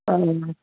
ആ